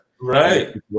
Right